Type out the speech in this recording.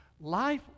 Life